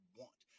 want